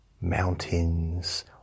mountains